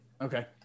Okay